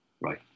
right